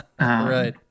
right